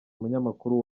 umunyamakuru